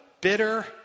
bitter